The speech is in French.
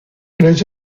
les